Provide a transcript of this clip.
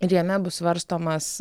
ir jame bus svarstomas